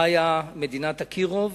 חיה מדינת אקירוב,